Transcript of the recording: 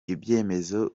ibyemezo